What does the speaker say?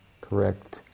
correct